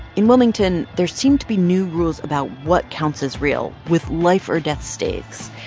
in wilmington, there seemed to be new rules about what counts as real, with life-or-death stakes.